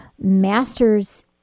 master's